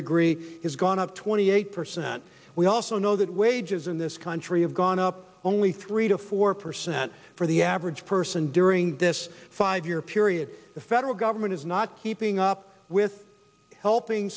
degree has gone up twenty eight percent we also know that wages in this country have gone up only three to four percent for the average person during this five year period the federal government is not keeping up with helping